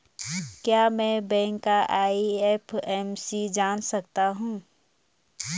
क्या मैं बैंक का आई.एफ.एम.सी जान सकता हूँ?